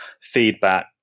feedback